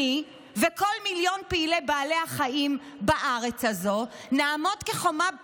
אני וכל מיליון פעילי בעלי החיים בארץ הזו נעמוד כחומה בצורה.